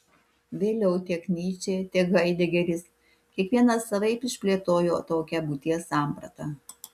vėliau tiek nyčė tiek haidegeris kiekvienas savaip išplėtojo tokią būties sampratą